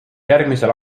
järgmisel